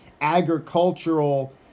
agricultural